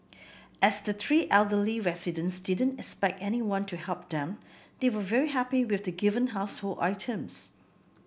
as the three elderly residents didn't expect anyone to help them they were very happy with the given household items